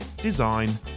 design